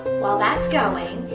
while that's going,